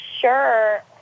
sure